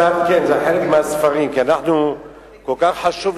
כן, זה חלק מהספרים, כי אנחנו, זה חלק מגן-עדן.